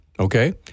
Okay